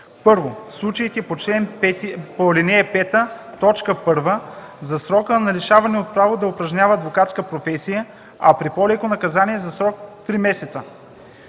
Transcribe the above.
1. в случаите по ал. 5, т. 1 – за срока на лишаване от право да упражнява адвокатска професия, а при по-леко наказание – за срок три месеца;